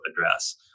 address